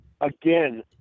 again